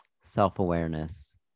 self-awareness